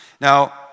Now